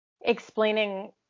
explaining